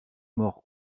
mort